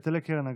היטלי קרן הגז.